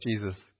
Jesus